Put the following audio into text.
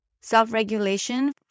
self-regulation